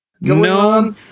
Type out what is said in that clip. No